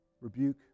rebuke